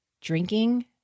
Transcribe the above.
drinking